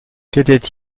qu’était